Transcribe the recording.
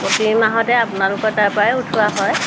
প্ৰতি মাহতে আপোনালোকৰ তাৰপৰাই উঠোৱা হয়